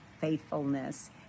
faithfulness